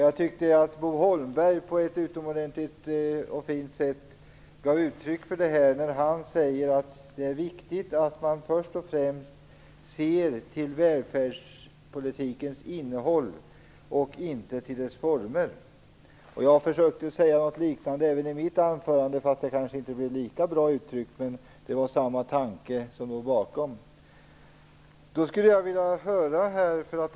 Jag tyckte att Bo Holmberg på ett utomordentligt fint sätt gav uttryck för detta när han sade att det är viktigt att man först och främst ser till välfärdspolitikens innehåll och inte till dess former. Jag försökte att säga något liknande även i mitt anförande fast det kanske inte blev lika bra uttryckt, men det var samma tanke som låg bakom.